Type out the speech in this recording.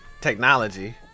technology